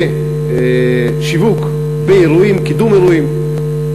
בשיווק אירועים, בקידום אירועים.